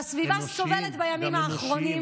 והסביבה סובלת בימים האחרונים,